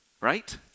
right